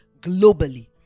globally